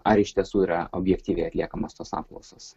ar iš tiesų yra objektyviai atliekamos tos apklausos